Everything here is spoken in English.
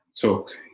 talk